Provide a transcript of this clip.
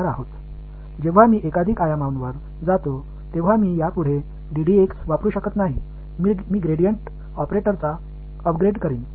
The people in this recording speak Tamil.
நான் பல பரிமாணங்களுக்குச் செல்லும்போது என்னால் இனி யை பயன்படுத்த முடியாது நான் ஒரு க்ராடிஎன்ட் ஆபரேட்டரை மேம்படுத்துவேன்